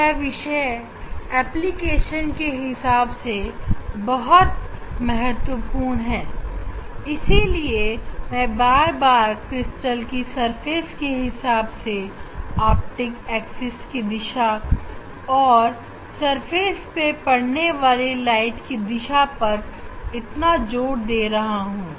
यह विषय एप्लीकेशन के हिसाब से बहुत ही महत्वपूर्ण है इसीलिए मैं बार बार क्रिस्टल की सरफेस के हिसाब से ऑप्टिक एक्सिस की दिशा और और उस धरातल पर पड़ने वाले प्रकाश की दिशा पर इतना जोर दे रहा हूं